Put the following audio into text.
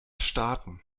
starten